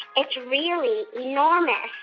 it's really enormous.